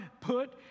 put